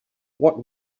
what